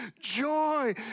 joy